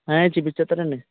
చుపించేస్తారండి